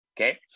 okay